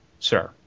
sir